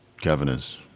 Governors